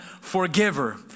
forgiver